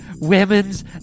women's